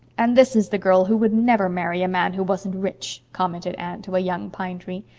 and this is the girl who would never marry a man who wasn't rich, commented anne to a young pine tree.